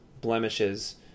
blemishes